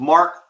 Mark